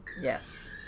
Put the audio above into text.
Yes